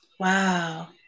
Wow